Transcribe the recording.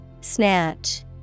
Snatch